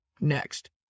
next